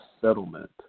settlement